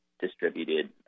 distributed